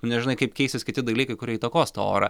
tu nežinai kaip keisis kiti dalykai kurie įtakos tą orą